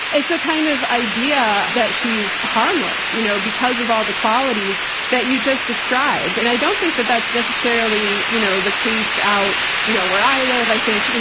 it's a kind of idea that she's harmless, you know, because of all the qualities that you just described. and i don't think that that's necessarily you know the case out you know, where i live, i think, you